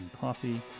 Coffee